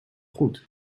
goed